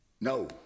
No